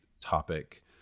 topic